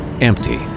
empty